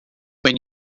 when